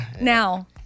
now